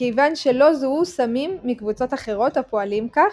מכיוון שלא זוהו סמים מקבוצות אחרות הפועלים כך,